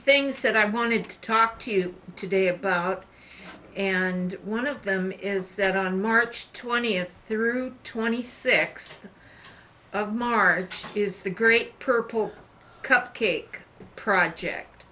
things said i wanted to talk to you today about and one of them is march twentieth through twenty sixth of march is the great purple cupcake project